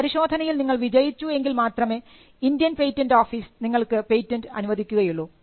ഈ പരിശോധനയിൽ നിങ്ങൾ വിജയിച്ചു എങ്കിൽ മാത്രമേ ഇന്ത്യൻ പേറ്റന്റ് ഓഫീസ് നിങ്ങൾക്ക് പേറ്റന്റ് അനുവദിക്കുകയുള്ളൂ